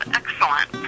excellent